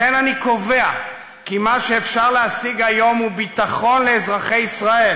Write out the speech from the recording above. לכן אני קובע כי מה שאפשר להשיג היום הוא ביטחון לאזרחי ישראל